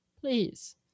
Please